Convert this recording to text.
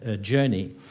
journey